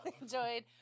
enjoyed